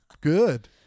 good